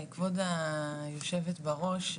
כבוד היושבת בראש,